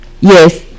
Yes